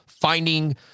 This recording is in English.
finding